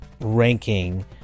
ranking